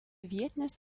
vietinės